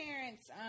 parents